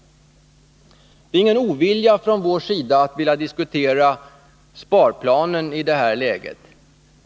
Det är inte fråga om någon ovilja från vår sida mot att diskutera sparplanen idetta läge.